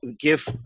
give